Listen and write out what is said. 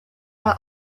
are